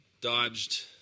dodged